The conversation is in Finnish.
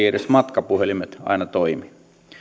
edes matkapuhelimet aina toimi